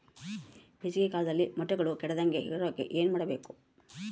ಬೇಸಿಗೆ ಕಾಲದಲ್ಲಿ ಮೊಟ್ಟೆಗಳು ಕೆಡದಂಗೆ ಇರೋಕೆ ಏನು ಮಾಡಬೇಕು?